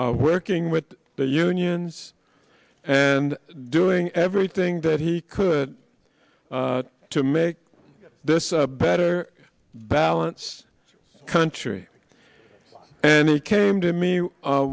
where king with the unions and doing everything that he could to make this a better balance country and he came to me